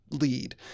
lead